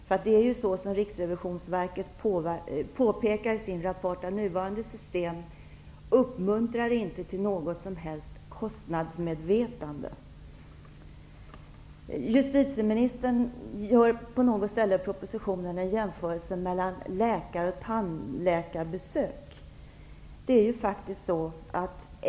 Nuvarande system uppmuntrar inte, vilket Riksrevisionsverket påpekar i sin rapport, till något som helst kostnadsmedvetande. Justitieministern gör på något ställe i propositionen en jämförelse med läkar och tandläkarbesök.